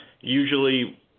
usually